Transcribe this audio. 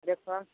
देखब